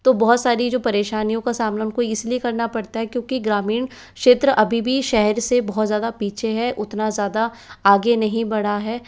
तो बहुत सारी जो परेशानियों का सामना उनको इसलिए करना पड़ता है क्योंकि ग्रामीण क्षेत्र अभी भी शहर से बहुत ज़्यादा पीछे हैं उतना ज़्यादा आगे नहीं बढ़ा है